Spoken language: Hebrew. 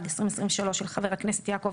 התשפ"ג-2023 של חבר הכנסת יעקב